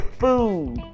food